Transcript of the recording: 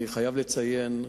אני חייב לציין,